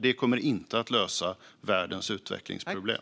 Det kommer inte att lösa världens utvecklingsproblem.